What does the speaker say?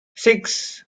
six